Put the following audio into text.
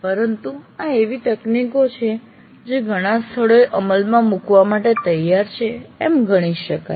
પરંતુ આ એવી તકનીકો છે જે ઘણા સ્થળોએ અમલમાં મુકવા માટે તૈયાર છે એમ ગણી શકાય